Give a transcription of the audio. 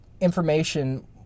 information